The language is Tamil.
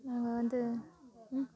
நாங்கள் வந்து ம்